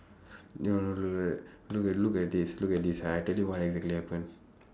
no no no no look at look at this look at this I tell you exactly what happen